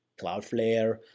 Cloudflare